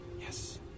Yes